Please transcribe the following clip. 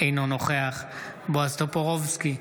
אינו נוכח בועז טופורובסקי,